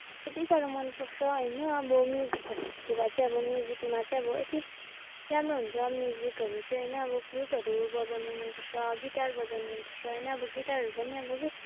यत्ति साह्रो मनपर्छ होइन अब म्युजिक भनेको कुरा चाहिँ अब म्युजिकमा चाहिँ अब यति राम्रो हुन्छ म्युजिकहरू चाहिँ होइन अब फ्लुटहरू बजाउनु मनपर्छ गिटार बजाउनु मनपर्छ होइन अब गिटारहरू पनि अब के